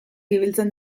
ibiltzen